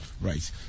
right